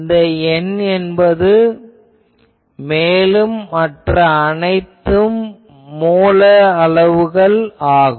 இந்த N என்பது மேலும் மற்ற அனைத்தும் மூல அளவுகள் ஆகும்